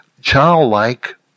childlike